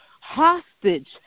hostage